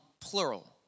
plural